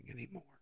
anymore